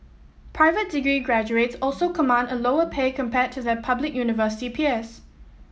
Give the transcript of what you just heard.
private degree graduates also command a lower pay compared to their public university peers